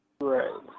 right